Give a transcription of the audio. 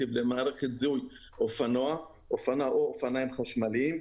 למערכת זיהוי של אופנוע או אופניים חשמליים.